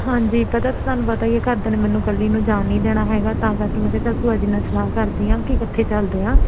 ਹਾਂਜੀ ਪਤਾ ਤੁਹਾਨੂੰ ਪਤਾ ਹੀ ਹੈ ਘਰਦਿਆਂ ਨੇ ਮੈਨੂੰ ਇਕੱਲੀ ਨੂੰ ਜਾਣ ਨਹੀਂ ਦੇਣਾ ਹੈਗਾ ਤਾਂ ਕਰਕੇ ਮਖਾਂ ਚੱਲ ਭੂਆ ਜੀ ਨਾਲ ਸਲਾਹ ਕਰਦੀ ਹਾਂ ਕਿ ਇਕੱਠੇ ਚੱਲਦੇ ਹਾਂ